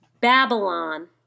Babylon